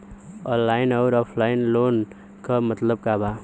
Online अउर offline loan क मतलब का बा?